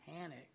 panic